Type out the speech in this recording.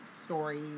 story